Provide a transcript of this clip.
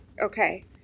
okay